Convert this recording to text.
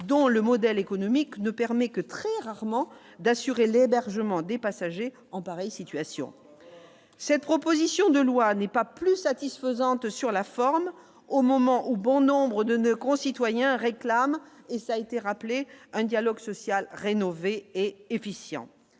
dont le modèle économique ne permet que très rarement, d'assurer l'hébergement des passagers en pareille situation, cette proposition de loi n'est pas plus satisfaisante sur la forme, au moment où bon nombre de noeuds concitoyens réclament et ça a été rappelé un dialogue social rénové et efficient,